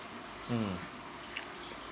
mm